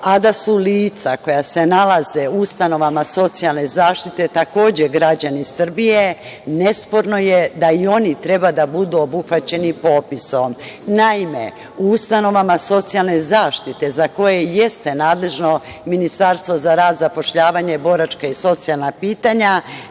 a da su lica koja se nalaze u ustanovama socijalne zaštite takođe građani Srbije, nesporno je da i oni treba da budu obuhvaćeni popisom. Naime, u ustanovama socijalne zaštite za koje jeste nadležno Ministarstvo za rad, zapošljavanje, boračka i socijalna pitanja,